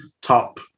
top